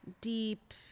deep